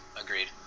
agreed